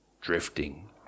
drifting